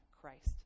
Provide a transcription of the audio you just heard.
Christ